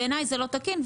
בעיניי זה לא תקין.